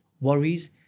worries